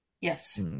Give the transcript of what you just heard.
Yes